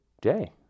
day